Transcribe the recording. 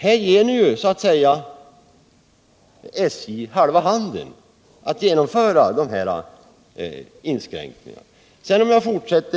Här ger ni ju SJ halva handen för att genomföra dessa inskränkningar.